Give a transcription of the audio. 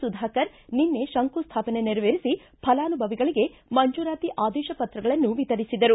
ಸುಧಾಕರ್ ನಿನ್ನೆ ಶಂಕುಸ್ವಾಪನೆ ನೆರವೇರಿಸಿ ಫಲಾನುಭವಿಗಳಿಗೆ ಮಂಜೂರಾತಿ ಆದೇಶ ಪತ್ರಗಳನ್ನು ವಿತರಿಸಿದರು